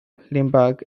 limburg